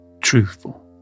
truthful